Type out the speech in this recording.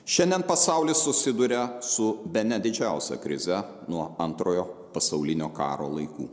šiandien pasaulis susiduria su bene didžiausia krize nuo antrojo pasaulinio karo laikų